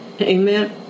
Amen